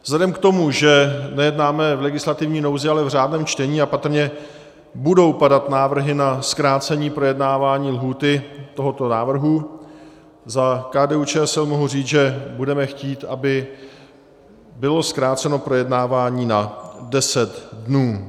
Vzhledem k tomu, že nejednáme v legislativní nouzi, ale v řádném čtení a patrně budou padat návrhy na zkrácení projednávání lhůty tohoto návrhu, za KDUČSL mohu říct, že budeme chtít, aby bylo zkráceno projednávání na deset dnů.